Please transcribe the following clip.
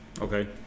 Okay